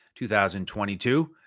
2022